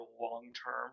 long-term